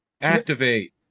Activate